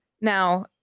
Now